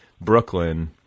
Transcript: Brooklyn